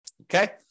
okay